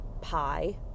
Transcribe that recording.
pie